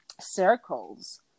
circles